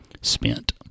spent